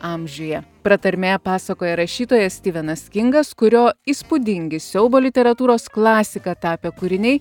amžiuje pratarmėje pasakoja rašytojas stivenas kingas kurio įspūdingi siaubo literatūros klasika tapę kūriniai